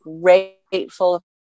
grateful